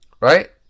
right